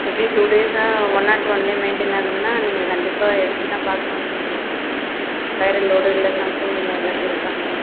எப்படியும் டூ டேஸாக one naught ஒன்னில் மெய்ன்டென் ஆகுதுன்னால் நீங்கள் கண்டிப்பாக எடுத்து தான் பார்க்குணும் நீங்கள் வைரல்லோடய இல்லை சம்திங் இல்லை ஏதாவுது இருக்கான்னு